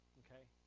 okay